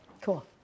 Cool